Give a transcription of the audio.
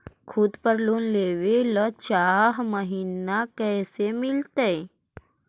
खूत पर लोन लेबे ल चाह महिना कैसे मिलतै?